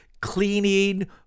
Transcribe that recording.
cleaning